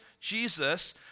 Jesus